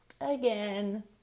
again